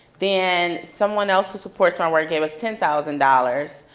then someone else who supports my work gave us ten thousand dollars.